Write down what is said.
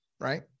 right